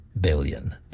billion